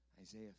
Isaiah